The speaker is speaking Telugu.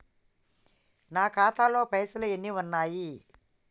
నా ఖాతాలో పైసలు ఎన్ని ఉన్నాయి?